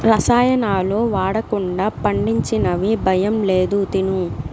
రసాయనాలు వాడకుండా పండించినవి భయం లేదు తిను